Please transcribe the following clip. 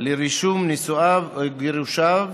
לרישום נישואיו או גירושיו,